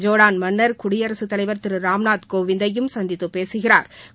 Jordan மன்னா் குடியரசுத் தலைவா் திரு ராம்நாத் கோவிந்தையும் சந்தித்து பேசுகிறாா்